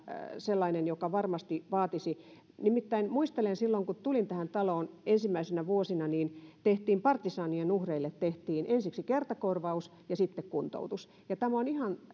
sellainen joka varmasti vaatisi huomiota nimittäin muistelen silloin kun tulin tähän taloon ensimmäisinä vuosina tehtiin partisaanien uhreille ensiksi kertakorvaus ja sitten kuntoutus tämä on ihan